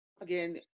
again